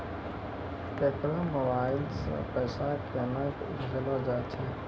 केकरो मोबाइल सऽ पैसा केनक भेजलो जाय छै?